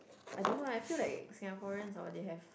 I don't know eh I feel like Singaporeans hor they have